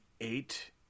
eight